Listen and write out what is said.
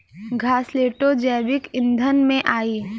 घासलेटो जैविक ईंधन में आई